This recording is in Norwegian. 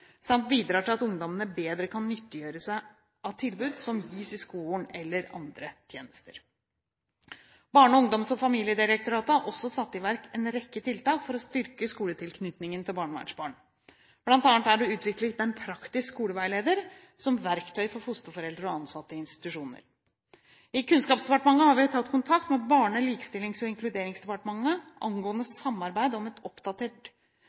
samt bidrar til at ungdommene bedre kan nyttiggjøre seg av tilbud som gis i skolen eller av andre tjenester. Barne-, ungdoms- og familiedirektoratet har også satt i verk en rekke tiltak for å styrke skoletilknytningen til barnevernsbarn. Blant annet er det utviklet en praktisk skoleveileder som verktøy for fosterforeldre og ansatte i institusjoner. I Kunnskapsdepartementet har vi tatt kontakt med Barne-, likestillings- og inkluderingsdepartementet angående samarbeid om et oppdatert